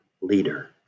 leader